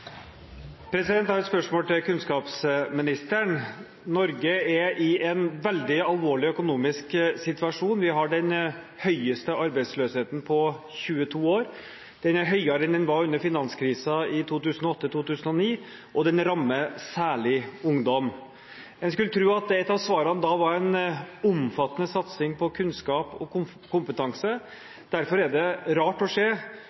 i en veldig alvorlig økonomisk situasjon. Vi har den høyeste arbeidsløsheten på 22 år, den er høyere enn den var under finanskrisen i 2008–2009, og den rammer særlig ungdom. En skulle tro at ett av svarene da var en omfattende satsing på kunnskap og kompetanse. Derfor er det rart å